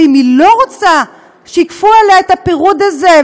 ואם היא לא רוצה שיכפו עליה את הפירוד הזה,